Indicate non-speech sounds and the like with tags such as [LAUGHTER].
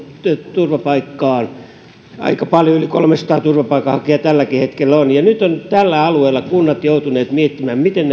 turvapaikkaan aika paljon yli kolmesataa turvapaikanhakijaa tälläkin hetkellä on ja nyt ovat tällä alueella kunnat joutuneet miettimään miten [UNINTELLIGIBLE]